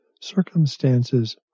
circumstances